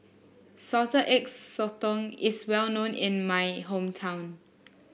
Salted Egg Sotong is well known in my hometown